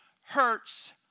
Hurts